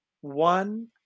one